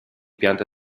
piante